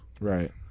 Right